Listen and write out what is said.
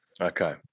Okay